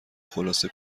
خلاصه